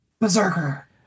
Berserker